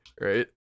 Right